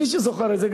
מי שזוכר את זה.